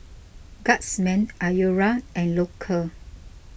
Guardsman Iora and Loacker